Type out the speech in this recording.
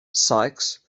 sykes